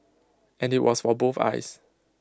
and IT was for both eyes